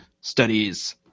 Studies